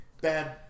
Bad